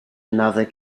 another